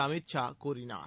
அமித் ஷா கூறினார்